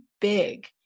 big